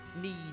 need